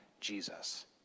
Jesus